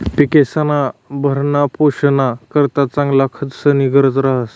पिकेस्ना भरणपोषणना करता चांगला खतस्नी गरज रहास